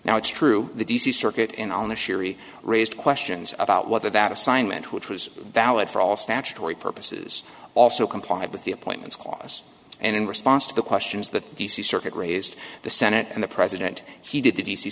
now it's true the d c circuit in on the sherry raised questions about whether that assignment which was valid for all statutory purposes also complied with the appointments clause and in response to the questions the d c circuit raised the senate and the president he did the d